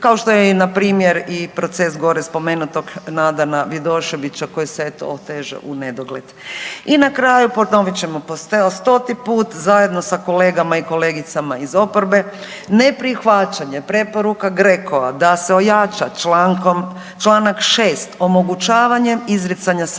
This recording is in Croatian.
kao što je i npr. i proces gore spomenutog Nadana Vidoševića koji se, eto, oteže unedogled. I na kraju, ponovit ćemo, evo, stoti put, zajedno sa kolegama i kolegicama iz oporbe, ne prihvaćanje preporuka GRECO-a da se ojača čl. 6 omogućavanjem izricanja sankcija